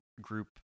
group